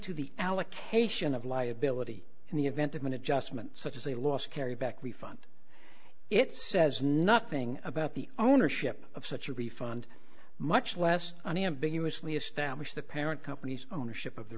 to the allocation of liability in the event of an adjustment such as a loss carry back refund it says nothing about the ownership of such a refund much less unambiguously establish the parent company's ownership of the